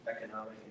economic